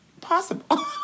possible